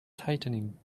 tightening